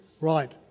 Right